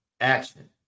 action